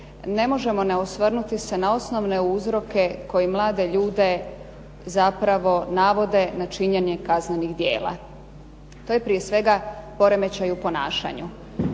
ne možemo ne osvrnuti se na osnovne uzroke koji mlade ljude zapravo navode na činjenje kaznenih djela. To je prije svega poremećaj u ponašanju.